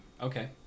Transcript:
Okay